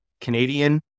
Canadian